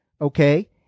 Okay